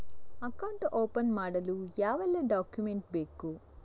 Account open ಮಾಡಲು ಯಾವೆಲ್ಲ document ಬೇಕು?